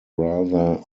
rather